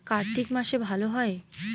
কার্তিক মাসে ভালো হয়?